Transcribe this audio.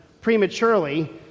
prematurely